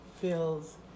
feels